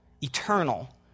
eternal